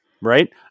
Right